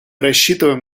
рассчитываем